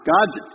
God's